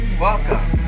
welcome